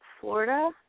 Florida